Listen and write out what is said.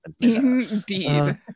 indeed